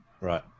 Right